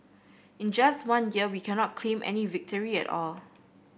in just one year we cannot claim any victory at all